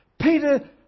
Peter